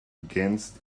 against